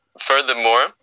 furthermore